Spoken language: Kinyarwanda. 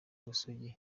ubusugi